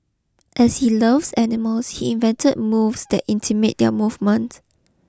as he loves animals he invented moves that intimate their movements